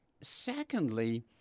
Secondly